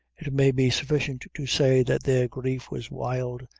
it may be sufficient to say, that their grief was wild,